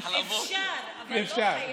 אפשר, אבל לא חייב.